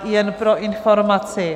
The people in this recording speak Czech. Jen pro informaci.